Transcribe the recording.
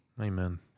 Amen